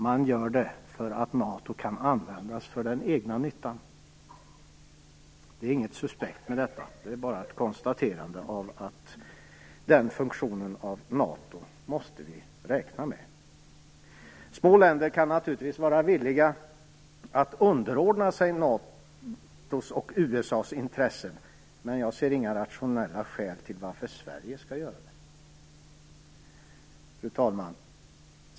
Man gör det för att NATO kan användas för den egna nyttan. Det är inget suspekt med detta. Det är bara ett konstaterande om att vi måste räkna med att NATO har den funktionen. Små länder kan naturligtvis vara villiga att underordna sig NATO:s och USA:s intressen, men jag ser inga rationella skäl till att Sverige skall göra det. Fru talman!